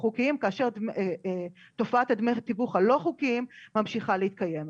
חוקיים כאשר תופעת דמי התיווך הלא חוקיים ממשיכה להתקיים.